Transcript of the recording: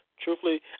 truthfully